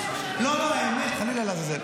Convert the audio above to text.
לא, לא, חלילה לעזאזל.